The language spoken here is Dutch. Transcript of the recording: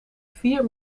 vier